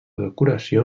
decoració